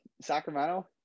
Sacramento